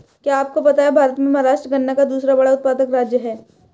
क्या आपको पता है भारत में महाराष्ट्र गन्ना का दूसरा बड़ा उत्पादक राज्य है?